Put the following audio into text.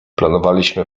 planowaliśmy